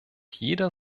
jeder